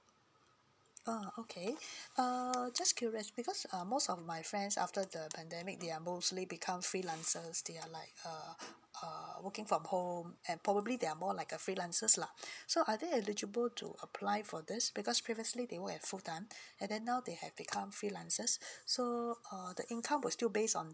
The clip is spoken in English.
ah okay err I'm just curious because uh most of my friends after the pandemic they're mostly become freelancers they are like uh uh working from home and probably they are more like a freelancers lah so are they eligible to apply for this because previously they work as full time and then now they have become freelancers so err the income will still based on